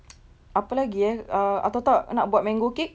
apa lagi eh err atau tak nak buat mango cake